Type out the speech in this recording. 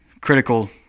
critical